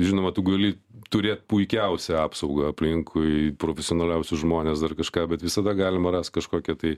žinoma tu gali turėt puikiausią apsaugą aplinkui profesionaliausius žmones dar kažką bet visada galima rast kažkokią tai